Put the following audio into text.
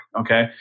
Okay